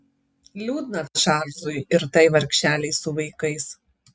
liūdna čarlzui ir tai vargšelei su vaikais